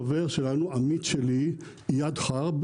חבר שלי, עמית שלי, מכאן,